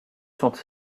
sont